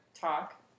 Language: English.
talk